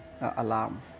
alarm